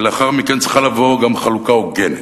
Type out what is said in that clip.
לאחר מכן צריכה לבוא גם חלוקה הוגנת.